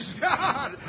God